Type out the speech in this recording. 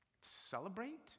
celebrate